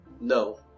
No